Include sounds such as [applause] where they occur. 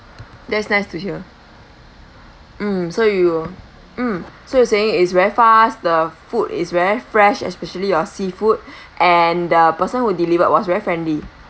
that's nice to hear mm so you were mm so you were saying it's very fast the food is very fresh especially uh seafood [breath] and the person who delivered was very friendly